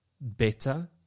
better